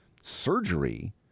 surgery